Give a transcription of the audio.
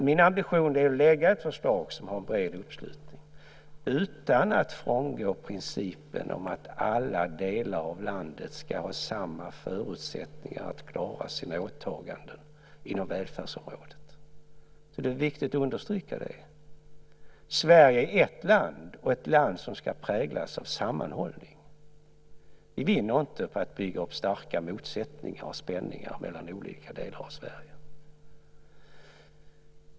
Min ambition är att lägga fram ett förslag som har bred uppslutning utan att frångå principen att alla delar av landet ska ha samma förutsättningar att klara sina åtaganden inom välfärdsområdet. Det är viktigt att understryka det. Sverige är ett land och ett land som ska präglas av sammanhållning. Vi vinner inte på att bygga upp starka motsättningar och spänningar mellan olika delar av Sverige.